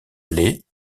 les